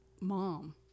mom